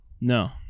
No